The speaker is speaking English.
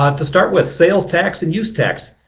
um to start with, sales tax and use tax.